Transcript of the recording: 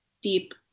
deep